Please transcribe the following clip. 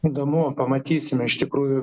įdomu pamatysime iš tikrųjų